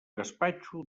gaspatxo